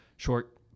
short